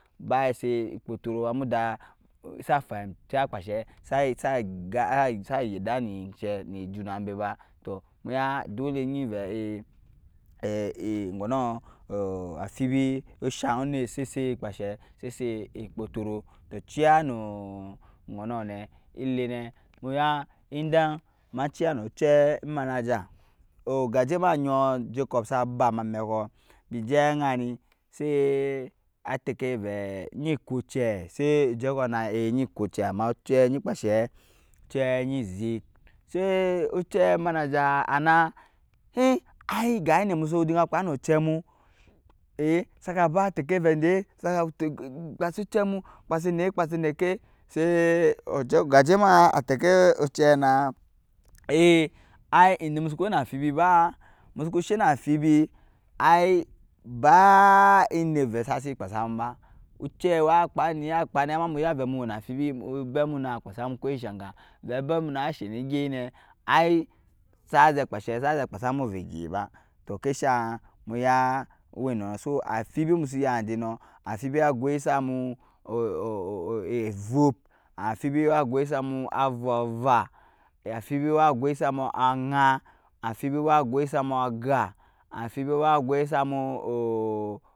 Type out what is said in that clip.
Ba esɛt ekpɔtɔrɔɔ ba muda sa fam sa kpashɛ sa sa yɛda ni shɛ ni unamɓe ba tɔɔ muya dole gyi vɛi gɔnɔɔ, amfibi ushang nɛt sɛsɛt ekkpɔtɔrɔɔ tɔɔ ciya nu ojnɔ nɛ elɛnɛ mu ya idan ma ciya nu cɛ manager ogajɛma jyɔɔ jacob sa ba ma mɛkɔɔ bi jɛ ajyani sai arɛkɛ vɛi gyi kɔɔ cɛ sai jacob na e enyi kɔɔ cɛ ama cɛ gyi kpashɛ cɛ gyi zɛk sa ucɛ manager ana ni ga inda musu dinga kpa nu cɛmu e saka ba take vɛi gdɛ kpasɛ cɛmu kpasɛ kpasɛ nɛkɛ sa gajɛma atakɛ cɛ na ai in musuku wɛi na amfibi ba musuku shɛ na amfibi ai ba indɛ uɛi sasi kpasamu ba cɛ wa kpani ama aya vɛi mu wɛi na amfibi ubɛmmu na kpasamu kɔ shana vɛi bɛmmu na shɛ ni gyɛ nɛ ai sa ze kpashe kpasamu vɛ gaye ba kai shang muya wɛnɔɔ sɔɔ amfibi musu yajɛ nɔɔ amfibi agwai samu evup amfibi agwai samu avu ana amfibi agwai samu agan amfibi agwai samu aga amfibi agwai samu,